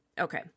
Okay